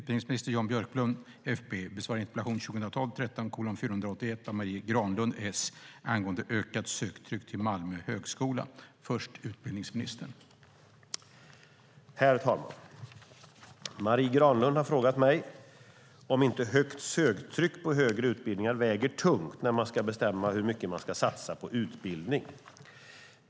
Herr talman! Marie Granlund har frågat mig om inte högt söktryck på högre utbildningar väger tungt när man ska bestämma hur mycket man ska satsa på utbildning.